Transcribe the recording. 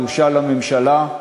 בושה לממשלה,